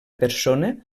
persona